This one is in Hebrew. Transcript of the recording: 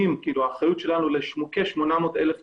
האחריות שלנו היא לכ-800,000 תושבים.